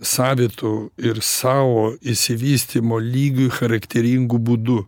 savitu ir sau išsivystymo lygiu charakteringu būdu